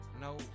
no